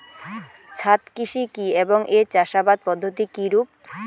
ছাদ কৃষি কী এবং এর চাষাবাদ পদ্ধতি কিরূপ?